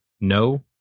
No